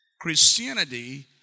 Christianity